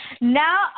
Now